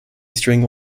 string